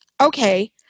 Okay